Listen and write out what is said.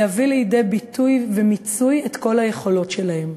להביא לידי ביטוי ומיצוי את כל היכולות שלהם.